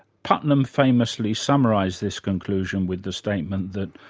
putnam famously summarised this conclusion with the statement that,